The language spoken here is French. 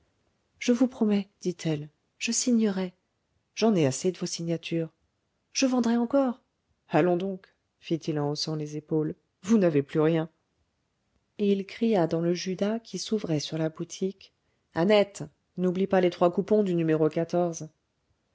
je vous promets dit-elle je signerai j'en ai assez de vos signatures je vendrai encore allons donc fit-il en haussant les épaules vous n'avez plus rien et il cria dans le judas qui s'ouvrait sur la boutique annette n'oublie pas les trois coupons du